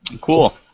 Cool